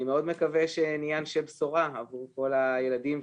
אני מאוד מקווה שנהיה אנשי בשורה עבור כל הילדים,